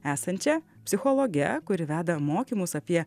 esančia psichologe kuri veda mokymus apie